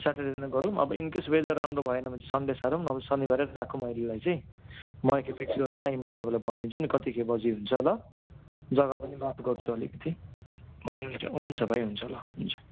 Saturday नै गरौँ अब इनकेस वेदर राम्रो भएन भने चाहिँ सन्डे सारौँ न भए शनिबारै राखौँ अहिलेलाई चाहिँ म अहिले फिक्स गरेर टाइमहरू तपाईँलाई भनिदिन्छु नि कति बजी हुन्छ ल जग्गा पनि बात गर्छु अलिकति हुन्छ हुन्छ भाइ हुन्छ ल हुन्छ